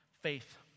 Faith